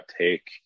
take